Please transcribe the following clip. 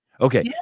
Okay